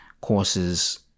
courses